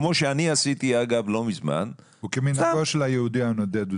כמו שאני עשיתי אגב לא מזמן וכמנהגו של היהודי הנודד,